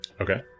Okay